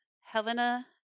Helena